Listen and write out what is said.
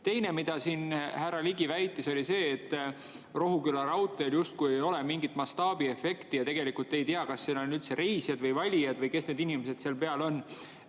mida härra Ligi väitis, oli see, et Rohuküla raudteel justkui ei ole mingit mastaabiefekti ja tegelikult ei tea, kas seal on reisijad või valijad või kes need inimesed seal peal on.